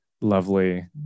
lovely